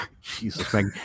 Jesus